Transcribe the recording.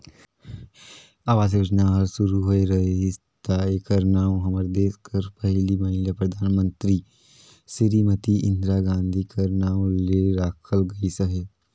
आवास योजना हर सुरू होए रहिस ता एकर नांव हमर देस कर पहिल महिला परधानमंतरी सिरीमती इंदिरा गांधी कर नांव ले राखल गइस अहे